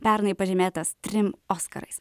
pernai pažymėtas trim oskarais